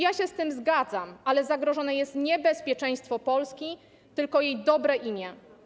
Ja się z tym zgadzam, ale zagrożone jest nie bezpieczeństwo Polski, tylko jej dobre imię.